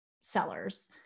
sellers